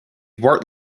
bart